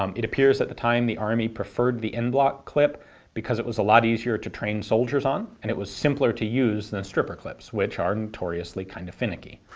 um it appears at the time the army preferred the en bloc clip because it was a lot easier to train soldiers on, and it was simpler to use than stripper clips which are notoriously kind of finicky.